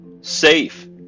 safe